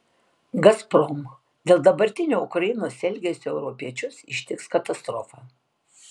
gazprom dėl dabartinio ukrainos elgesio europiečius ištiks katastrofa